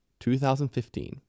2015